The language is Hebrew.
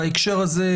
בהקשר הזה,